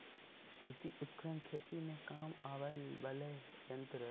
कृषि उपकरण खेती में काम आवय वला यंत्र हई